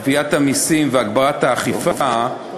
להעמקת גביית המסים והגברת האכיפה (ייעול אמצעי הגבייה